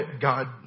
God